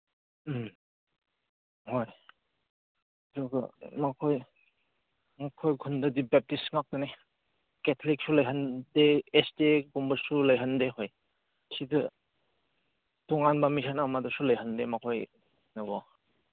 ꯎꯝ ꯍꯣꯏ ꯑꯗꯨꯒ ꯃꯈꯣꯏ ꯃꯈꯣꯏ ꯈꯨꯟꯗꯗꯤ ꯕꯦꯞꯇꯤꯁ ꯉꯥꯛꯇꯅꯦ ꯀꯦꯊꯂꯤꯛꯁꯨ ꯂꯩꯍꯟꯗꯦ ꯑꯦꯁꯇꯦꯒꯨꯝꯕꯁꯨ ꯂꯩꯍꯟꯗꯦ ꯍꯣꯏ ꯁꯤꯗ ꯇꯣꯉꯥꯟꯕ ꯃꯤꯁꯟ ꯑꯃꯠꯇꯁꯨ ꯂꯩꯍꯟꯗꯦ ꯃꯈꯣꯏꯗꯀꯣ